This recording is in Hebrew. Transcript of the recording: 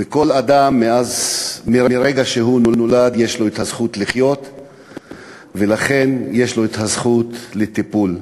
וכל אדם, מרגע שהוא נולד, יש לו את הזכות לחיות,